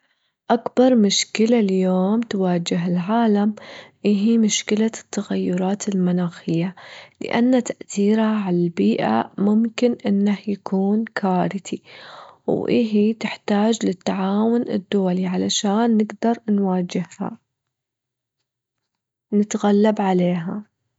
أكبر مشكلة اليوم تواجه العالم، إهي مشكلة التغيرات المناخية؛ لأن تأثيرها على البيئة ممكن إنه يكون كارثي، وإهي تحتاج للتعاون الدولي علشان نجدر نواجهها، نتغلب عليها.